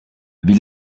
wie